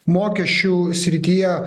mokesčių srityje